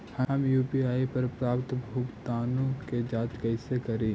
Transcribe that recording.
हम यु.पी.आई पर प्राप्त भुगतानों के जांच कैसे करी?